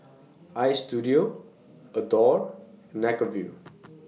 Istudio Adore and Acuvue